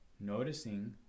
noticing